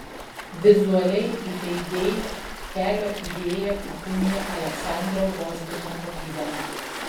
vizualiai įtaigiai kelio idėją įkūnija aleksandro vozbino tapyba